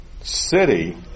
city